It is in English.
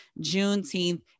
Juneteenth